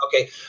Okay